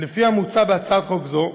לפי המוצע בהצעת חוק זו,